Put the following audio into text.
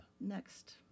next